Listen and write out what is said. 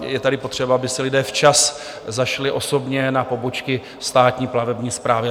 Je tady potřeba, aby si lidé včas zašli osobně na pobočky Státní plavební správy.